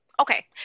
Okay